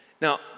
Now